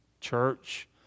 church